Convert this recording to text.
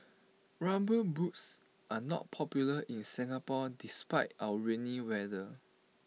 rubber boots are not popular in Singapore despite our rainy weather